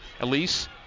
Elise